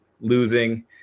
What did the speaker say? losing